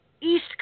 east